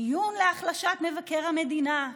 דיון להחלשת מבקר המדינה,